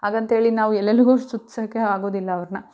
ಹಾಗಂಥೇಳಿ ನಾವು ಎಲ್ಲೆಲ್ಲಿಗೋ ಸುತ್ಸೋಕ್ಕೆ ಆಗೋದಿಲ್ಲ ಅವ್ರನ್ನ